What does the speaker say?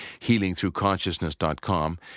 healingthroughconsciousness.com